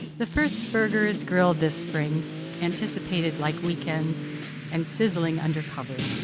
the first burgers grilled this spring anticipated like weekends and sizzling under cover.